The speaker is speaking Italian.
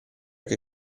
che